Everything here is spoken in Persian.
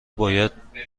باید